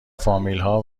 فامیلها